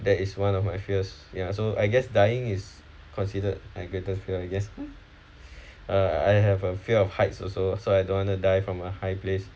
that is one of my fears ya so I guess dying is considered my greatest fear yes uh I have a fear of heights also so I don't want to die from a high place